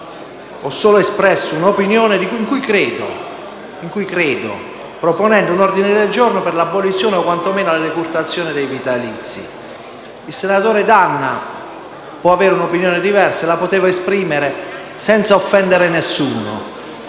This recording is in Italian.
ho solo espresso un'opinione in cui credo proponendo l'ordine del giorno per l'abolizione o, quantomeno, la decurtazione dei vitalizi. Il senatore D'Anna può avere un'opinione diversa e poteva esprimerla senza offendere nessuno.